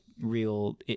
real